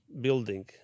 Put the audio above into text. building